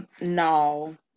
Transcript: no